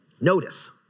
notice